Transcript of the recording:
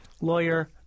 lawyer